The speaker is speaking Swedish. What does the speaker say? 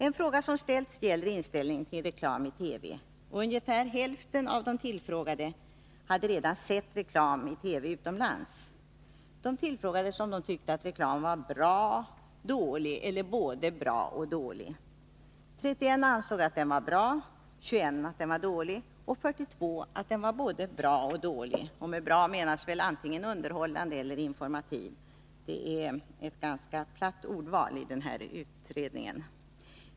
En fråga som ställts gäller inställningen till reklam i TV. Ungefär hälften av de tillfrågade hade redan sett reklam i TV utomlands. De tillfrågades om de tyckte att reklam var bra, dålig eller både bra och dålig. 31 ansåg att den var bra, 21 att den var dålig och 42 att den var både bra och dålig. Med bra menas väl antingen underhållande eller informativ. Det är ett ganska platt ordval i den här utredningen.